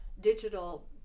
digital